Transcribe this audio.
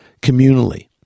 communally